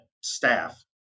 staff